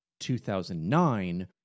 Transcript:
2009